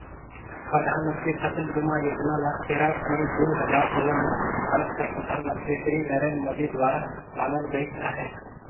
परधानमंतरी फसिल बीमा योजना ल तेरा मई दू हजार सोला में भारत कर परधानमंतरी सिरी नरेन्द मोदी दुवारा लानल गइस अहे